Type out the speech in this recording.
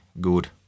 good